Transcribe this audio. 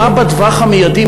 מה בטווח המיידי,